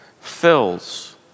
fills